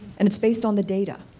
and it's based on the data,